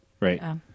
right